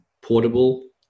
portable